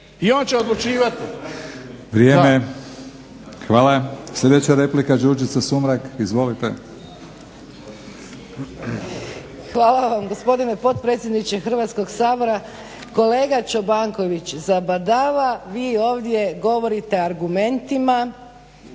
I on će odlučivat.